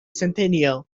centennial